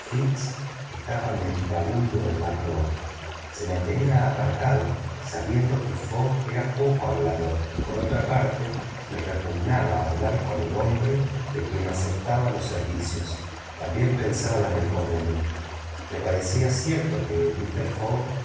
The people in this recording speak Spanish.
fix estaba meditabundo en la proa se mantenía apartado sabiendo que fogg era poco hablador por otra parte le repugnaba hablar con el hombre de quien aceptaba los servicios también pensaba en el porvenir le parecía cierto que mister fogg